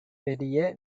பெரிய